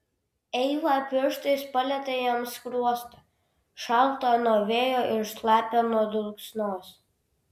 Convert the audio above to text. eiva pirštais palietė jam skruostą šaltą nuo vėjo ir šlapią nuo dulksnos